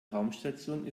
raumstation